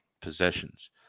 possessions